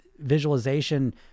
visualization